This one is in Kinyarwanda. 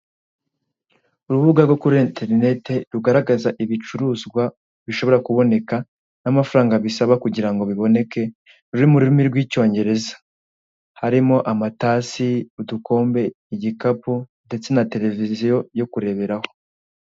Urubuga rwo kuri enterinete rugaragaza ibicuruzwa bishobora kuboneka n'amafaranga bisaba kugira ngo biboneke ruri mu rurimi rw'icyongereza. Harimo , udukombe, gikapu, ndetse na televuzyo yo kureberaho.